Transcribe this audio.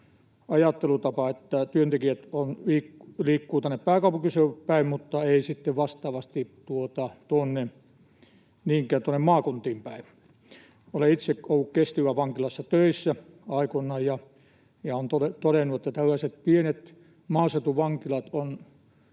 ajattelutapa, että työntekijät liikkuvat tänne pääkaupunkiseudulle päin, mutta eivät sitten vastaavasti niinkään tuonne maakuntiin päin. Olen itse ollut Kestilän vankilassa töissä aikoinaan, ja olen todennut, että tällaiset pienet maaseutuvankilat ovat